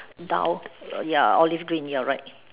dull ya olive green ya you are right